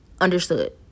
Understood